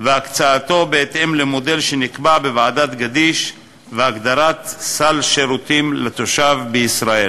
והקצאתו בהתאם למודל שנקבע בוועדת גדיש והגדרת סל שירותים לתושב בישראל.